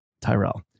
Tyrell